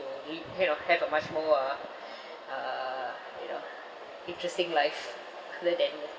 to ha~ uh have a much more uh uh uh uh uh you know interesting life rather than